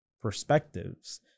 perspectives